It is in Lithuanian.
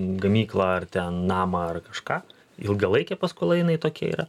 gamyklą ar ten namą ar kažką ilgalaikė paskola jinai tokia yra